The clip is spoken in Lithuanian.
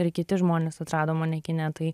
ir kiti žmonės atrado mane kine tai